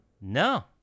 No